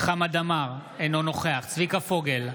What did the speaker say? חמד עמאר, אינו נוכח צביקה פוגל,